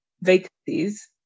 vacancies